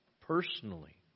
personally